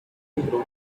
lembrou